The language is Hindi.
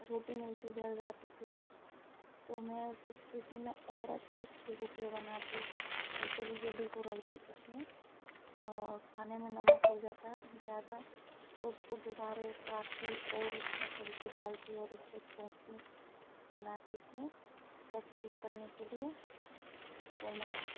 रोटी मेरसे जल जाती थी तो मैं उस स्थिति में और अच्छी अच्छी रोटियाँ बनाती और जली जली को रख देती थी और खाने में नमक हो जाता ज़्यादा तो उसको दोबारे काटती और उसमें सब्जी डालती और उसको छौकती बनाती थी सब ठीक करने के लिए तो मैं